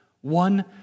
one